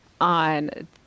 on